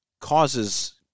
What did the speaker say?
causes